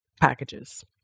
packages